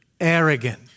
arrogant